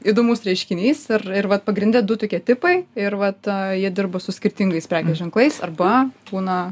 įdomus reiškinys ir ir vat pagrinde du tokie tipai ir vat jie dirbo su skirtingais prekės ženklais arba būna